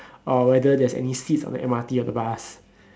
or whether there's any seats on the M_R_T or the bus